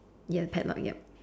ya padlock yup